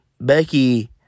Becky